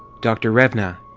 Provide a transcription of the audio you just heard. dr. revna!